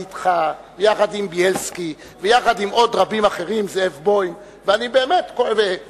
אתך ויחד עם בילסקי ויחד עם זאב בוים ועוד רבים אחרים.